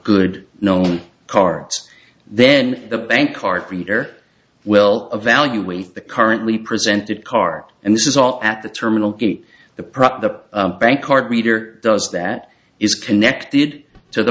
good known cards then the bank card reader will evaluate the currently presented car and this is all at the terminal gate the product the bank card reader does that is connected to the